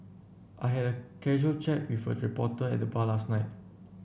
I had a casual chat with a reporter at the bar last night